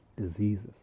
diseases